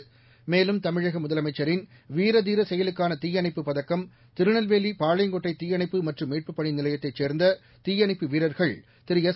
குமலும் தமிடிக முதலமைச்சரின் வீர தீர சேயலுக்காள தீயணைப்ழு பதக்கம்திருநெல்வேலி பாளையங்கோட்டை தீயனைப்பு மற்றும் மீட்புப் பனி நிலையத்தைச் சேர்ந்த தீயனைப்பு வீரர்கள் திருஎஸ்